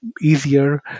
easier